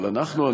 אבל אנחנו,